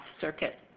circuit